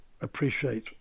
appreciate